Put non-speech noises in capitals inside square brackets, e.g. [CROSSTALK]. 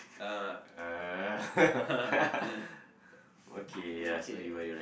uh [LAUGHS] okay ya so you were you're right